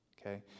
okay